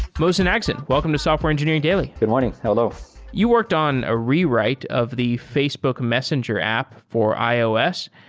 mohsen agsen, welcome to software engineering daily good morning. hello you worked on a rewrite of the facebook messenger app for ios.